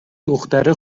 دختره